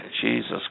Jesus